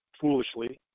foolishly